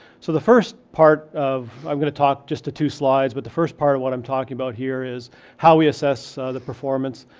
so the first part of, i'm gonna talk just the two slides, but the first part of what i'm talking about here is how we assess the performance.